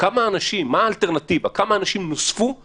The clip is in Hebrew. מה האלטרנטיבה, כמה אנשים נוספו למערכת?